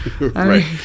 right